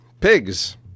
Pigs